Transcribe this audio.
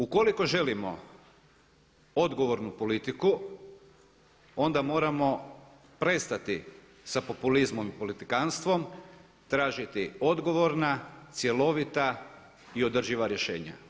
Ukoliko želimo odgovornu politiku onda moramo prestati sa populizmom i politikantstvom, tražiti odgovorna, cjelovita i održiva rješenja.